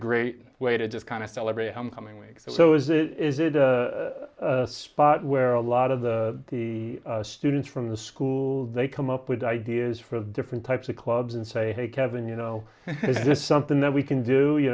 great way to just kind of celebrate homecoming league so is it is it a spot where a lot of the the students from the school they come up with ideas for the different types of clubs and say hey kevin you know this is something that we can do you